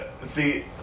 see